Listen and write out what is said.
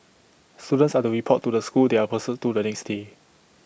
students are to report to the school they are posted to the next day